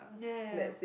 ya ya ya